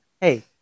Hey